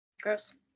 Gross